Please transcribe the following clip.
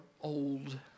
old